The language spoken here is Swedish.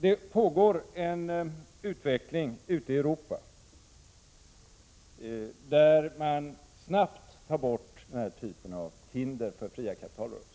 Det pågår en utveckling ute i Europa där man snabbt tar bort den här typen av hinder för fria kapitalrörelser.